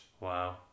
wow